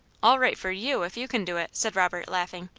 all right for you, if you can do it, said robert, laughing,